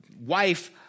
wife